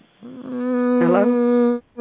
Hello